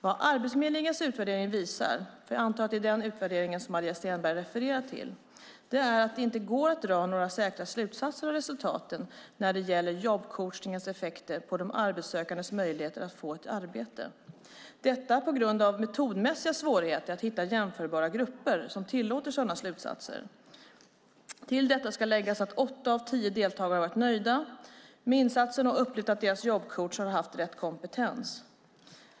Vad Arbetsförmedlingens utvärdering visar, för jag antar att det är denna utvärdering Maria Stenberg refererar till, är att det inte går att dra några säkra slutsatser av resultaten när det gäller jobbcoachningens effekter på de arbetssökandes möjligheter att få ett arbete - detta på grund av metodmässiga svårigheter att hitta jämförbara grupper som tillåter sådana slutsatser. Till detta ska läggas att åtta av tio deltagare har varit nöjda med insatsen och upplevt att deras jobbcoach har haft rätt kompetens.